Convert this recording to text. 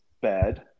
bed